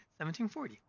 1740